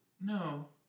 No